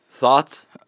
Thoughts